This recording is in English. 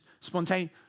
spontaneous